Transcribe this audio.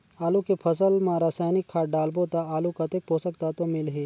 आलू के फसल मा रसायनिक खाद डालबो ता आलू कतेक पोषक तत्व मिलही?